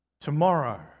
Tomorrow